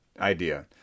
idea